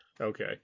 Okay